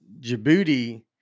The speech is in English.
Djibouti